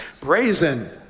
Brazen